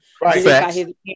Right